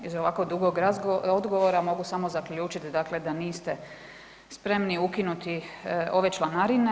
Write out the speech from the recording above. Iz ovako dugog odgovora mogu samo zaključiti dakle da niste spremni ukinuti ove članarine.